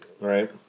Right